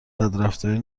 بدرفتاری